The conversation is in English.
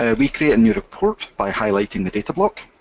ah we create a new report by highlighting the datablock,